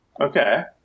Okay